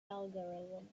algorithm